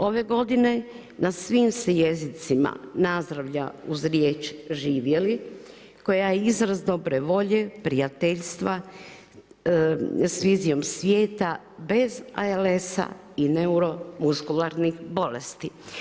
Ove godine na svim se jezicima nazdravlja u riječ „živjeli“, koja je izraz dobre volje, prijateljstva, s vizijom svijeta bez ALS-a i neuromuskularnih bolesti.